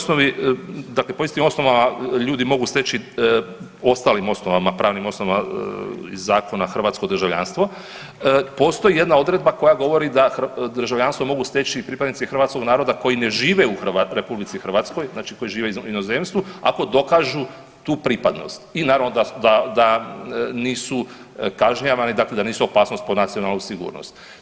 Dakle, po istim osnovama ljudi mogu steći ostalim pravnim osnovama zakona hrvatsko državljanstvo, postoji jedna odredba koja govori da državljanstvo mogu steći pripadnici hrvatskog naroda koji ne žive u RH, znači koji žive u inozemstvu ako dokažu tu pripadnost i naravno da nisu kažnjavani, dakle da nisu opasnost po nacionalnu sigurnost.